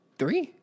three